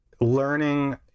learning